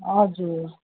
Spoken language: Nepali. हजुर